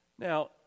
Now